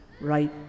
right